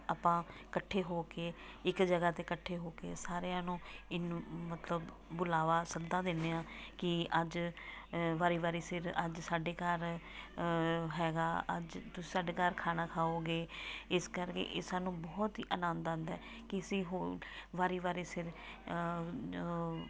ਆਪਾਂ ਇਕੱਠੇ ਹੋ ਕੇ ਇੱਕ ਜਗ੍ਹਾ 'ਤੇ ਇਕੱਠੇ ਹੋ ਕੇ ਸਾਰਿਆਂ ਨੂੰ ਇਹਨੂੰ ਮਤਲਬ ਬੁਲਾਵਾ ਸੱਦਾਂ ਦਿੰਦੇ ਹਾਂ ਕਿ ਅੱਜ ਵਾਰੀ ਵਾਰੀ ਸਿਰ ਅੱਜ ਸਾਡੇ ਘਰ ਹੈਗਾ ਅੱਜ ਤੁਸੀਂ ਸਾਡੇ ਘਰ ਖਾਣਾ ਖਾਉਗੇ ਇਸ ਕਰਕੇ ਇਹ ਸਾਨੂੰ ਬਹੁਤ ਹੀ ਆਨੰਦ ਆਉਂਦਾ ਕਿ ਅਸੀਂ ਹੋਰ ਵਾਰੀ ਵਾਰੀ ਸਿਰ